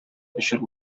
өчен